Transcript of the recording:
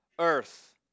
earth